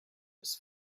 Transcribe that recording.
his